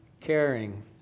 caring